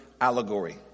allegory